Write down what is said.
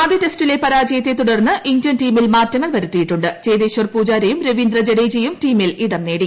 ആദ്യ ടെസ്റ്റിലെ പ്രാജ്യത്തെ തുടർന്ന് ഇന്ത്യൻ ടീമിൽ മാറ്റങ്ങൾ വരുത്തിയിട്ടൂണ്ട് ചേതേശ്വർ പൂജാരയും രവീന്ദ്ര ജഡേജയും ടീമിൽ ഇടം നേടി